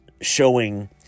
showing